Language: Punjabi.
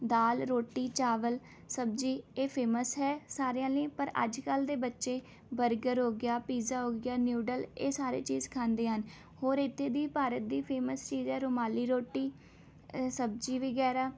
ਦਾਲ ਰੋਟੀ ਚਾਵਲ ਸਬਜ਼ੀ ਇਹ ਫ਼ੇਮਸ ਹੈ ਸਾਰਿਆਂ ਲਈ ਪਰ ਅੱਜ ਕੱਲ੍ਹ ਦੇ ਬੱਚੇ ਬਰਗਰ ਹੋ ਗਿਆ ਪੀਜ਼ਾ ਹੋ ਗਿਆ ਨਿਊਡਲ ਇਹ ਸਾਰੀ ਚੀਜ਼ ਖਾਂਦੇ ਹਨ ਹੋਰ ਇੱਥੇ ਦੀ ਭਾਰਤ ਦੀ ਫ਼ੇਮਸ ਚੀਜ਼ ਹੈ ਰੁਮਾਲੀ ਰੋਟੀ ਸਬਜ਼ੀ ਵਗੈਰਾ